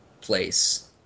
place